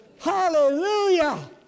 Hallelujah